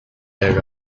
that